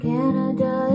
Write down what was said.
Canada